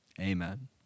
Amen